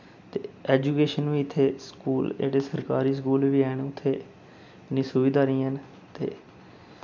ते एजुकेशन बी इत्थे स्कूल जेह्ड़े सरकारी स्कूल बी हैन उत्थै इ'न्नी सुविधा नेईं हैन ते